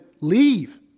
leave